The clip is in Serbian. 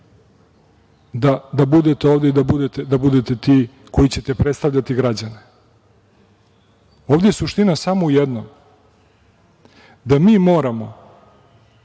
da budete ovde i da budete ti koji ćete predstavljati građane. Ovde je suština samo u jednom, da mi moramo